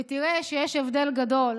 ותראה שיש הבדל גדול.